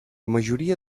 majoria